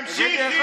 תמשיכי עם השנאה.